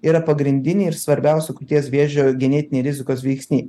yra pagrindiniai ir svarbiausi krūties vėžio genetiniai rizikos veiksniai